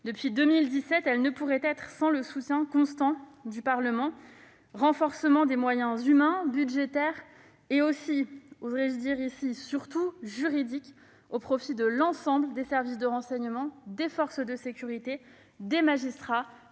depuis 2017 ne serait pas possible sans le soutien constant du Parlement : renforcement des moyens humains, budgétaires et aussi- surtout, oserais-je dire ici -juridiques, au profit de l'ensemble des services de renseignement, des forces de sécurité, des magistrats